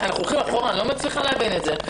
אני לא מצליחה להבין את זה.